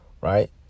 Right